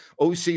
OC